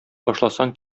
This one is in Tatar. башласаң